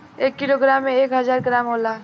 एक किलोग्राम में एक हजार ग्राम होला